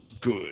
good